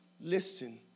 listen